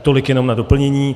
Tolik jenom na doplnění.